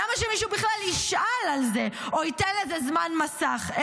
למה שמישהו בכלל ישאל על זה, או ייתן לזה זמן מסך?